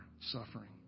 suffering